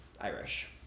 Irish